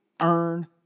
earn